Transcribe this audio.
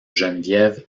geneviève